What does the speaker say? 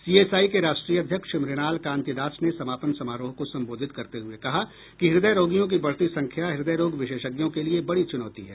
CSI के राष्ट्रीय अध्यक्ष मृणाल कांति दास ने समापन समारोह को संबोधित करते हुए कहा कि हृदय रोगियों की बढ़ती संख्या हृदय रोग विशेषज्ञों के लिए बड़ी चुनौती है